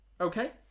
Okay